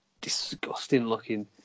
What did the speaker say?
disgusting-looking